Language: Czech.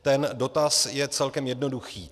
Ten dotaz je celkem jednoduchý.